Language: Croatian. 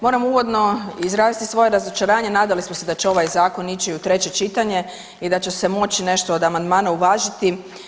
Moram uvodno izraziti svoje razočaranje, nadali smo se da će ovaj Zakon ići u treće čitanje i da će se moći nešto od amandmana uvažiti.